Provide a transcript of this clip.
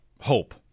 hope